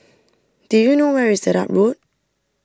do you know where is Dedap Road